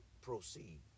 proceed